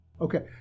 Okay